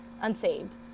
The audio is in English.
unsaved